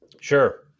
Sure